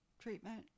treatment